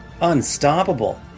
unstoppable